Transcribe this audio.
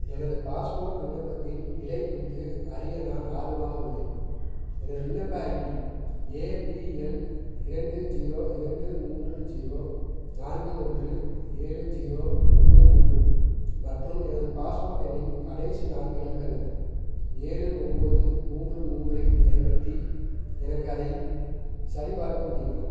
எனது பாஸ்போர்ட் விண்ணப்பத்தின் நிலை குறித்து அறிய நான் ஆர்வமாக உள்ளேன் எனது விண்ணப்ப ஐடி ஏபிஎல் இரண்டு ஜீரோ இரண்டு மூன்று ஜீரோ நான்கு ஒன்று ஏழு ஜீரோ ஒன்று மூன்று மற்றும் எனது பாஸ்போர்ட் எண்ணின் கடைசி நான்கு இலக்கங்கள் ஏழு ஒம்பது மூன்று மூன்றைப் பயன்படுத்தி எனக்கு அதைச் சரிபார்க்க முடியுமா